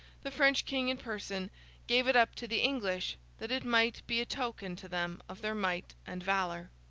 the french king in person gave it up to the english, that it might be a token to them of their might and valour.